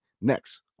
Next